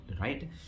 right